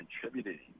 contributing